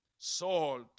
Salt